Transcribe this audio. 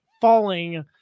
falling